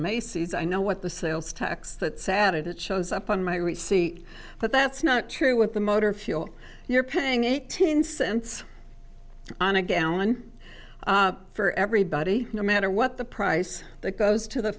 macy's i know what the sales tax that sat it shows up on my receipt but that's not true with the motor fuel you're paying eighteen cents on a gallon for everybody no matter what the price that goes to the